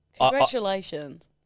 congratulations